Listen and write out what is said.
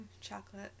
Chocolate